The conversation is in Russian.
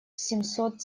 семьсот